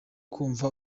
kumva